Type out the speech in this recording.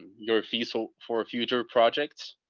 your feasible for future projects.